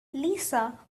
lisa